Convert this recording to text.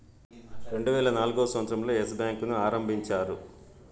రెండువేల నాల్గవ సంవచ్చరం లో ఎస్ బ్యాంకు ను ఆరంభించారు